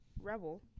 Rebel